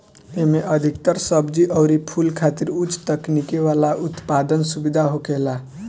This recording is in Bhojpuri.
एमे अधिकतर सब्जी अउरी फूल खातिर उच्च तकनीकी वाला उत्पादन सुविधा होखेला